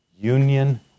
Union